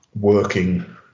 working